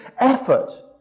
effort